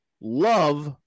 love